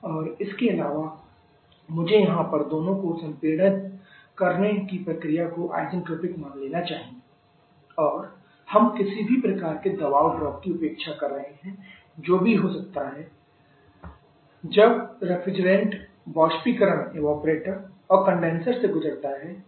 और इसके अलावा मुझे यहाँ पर दोनों को संपीड़ित करने की प्रक्रिया को isentropic मान लेना चाहिए और हम किसी भी प्रकार के दबाव ड्रॉप की उपेक्षा कर रहे हैं जो भी हो सकता है जब रेफ्रिजरेंट बाष्पीकरण और कंडेनसर से गुजरता है